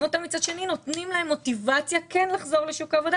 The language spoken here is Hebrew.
אותן ומצד שני נותנים להן מוטיבציה כן לחזור לשוק העבודה